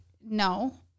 no